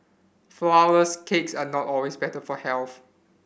flowers cakes are not always better for health